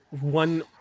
one